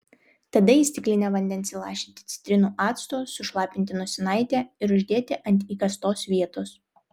tada į stiklinę vandens įlašinti citrinų acto sušlapinti nosinaitę ir uždėti ant įkastos vietos